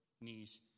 knees